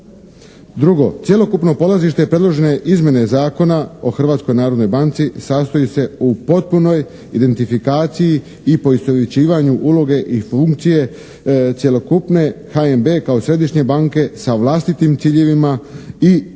Drugo, cjelokupno polazište te predložene izmjene zakona o Hrvatskoj narodnoj banci sastoji se u potpunoj identifikaciji i poistovjećivanju uloge i funkcije cjelokupne HNB kao Središnje banke sa vlastitim ciljevima i interesima